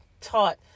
taught